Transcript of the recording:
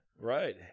Right